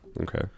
Okay